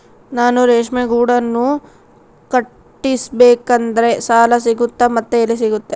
ನಾನು ರೇಷ್ಮೆ ಗೂಡನ್ನು ಕಟ್ಟಿಸ್ಬೇಕಂದ್ರೆ ಸಾಲ ಸಿಗುತ್ತಾ ಮತ್ತೆ ಎಲ್ಲಿ ಸಿಗುತ್ತೆ?